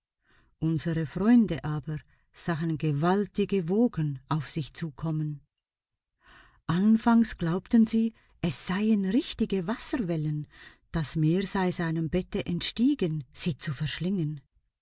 unsre freunde aber sahen gewaltige wogen auf sich zukommen anfangs glaubten sie es seien richtige wasserwellen das meer sei seinem bette entstiegen sie zu verschlingen